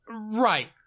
Right